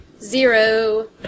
Zero